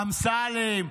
אמסלם,